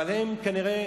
אבל הם כנראה